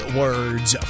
words